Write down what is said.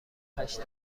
هشت